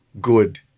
good